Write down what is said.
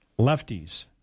Lefties